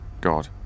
God